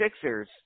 Sixers